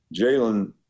Jalen